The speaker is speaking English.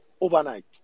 overnight